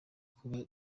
kuba